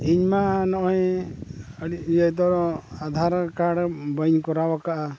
ᱤᱧᱢᱟ ᱱᱚᱜᱼᱚᱸᱭ ᱟᱹᱰᱤ ᱤᱭᱟᱹ ᱫᱚ ᱟᱫᱷᱟᱨ ᱠᱟᱨᱰ ᱵᱟᱹᱧ ᱠᱚᱨᱟᱣ ᱠᱟᱜᱼᱟ